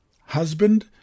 husband